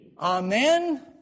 Amen